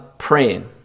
praying